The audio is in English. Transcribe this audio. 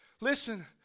Listen